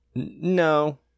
No